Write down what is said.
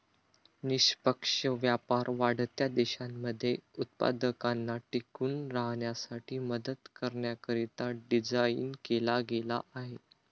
निष्पक्ष व्यापार वाढत्या देशांमध्ये उत्पादकांना टिकून राहण्यासाठी मदत करण्याकरिता डिझाईन केला गेला आहे